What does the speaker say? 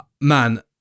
man